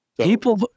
People